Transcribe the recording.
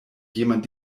jemand